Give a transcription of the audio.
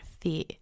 fear